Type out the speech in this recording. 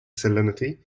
salinity